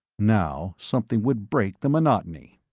now something would break the monotony.